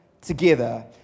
together